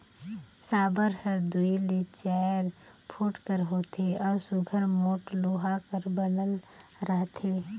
साबर हर दूई ले चाएर फुट कर होथे अउ सुग्घर मोट लोहा कर बनल रहथे